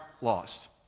lost